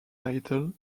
title